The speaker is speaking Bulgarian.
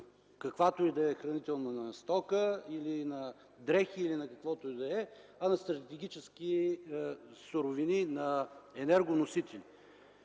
каквато и да е хранителна стока, на дрехи или на каквото и да е, а на стратегически суровини, на енергоносители.